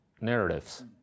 narratives